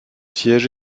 siège